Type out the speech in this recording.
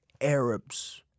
Arabs